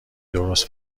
درست